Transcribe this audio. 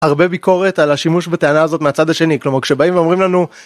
הרבה ביקורת על השימוש בטענה הזאת מהצד השני כלומר כשבאים ואומרים לנו.